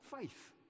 faith